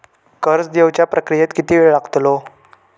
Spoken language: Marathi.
कर्ज देवच्या प्रक्रियेत किती येळ लागतलो?